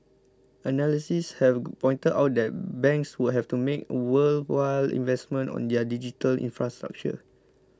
analysts have pointed out that banks would have to make worthwhile investments on their digital infrastructure